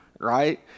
right